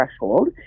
threshold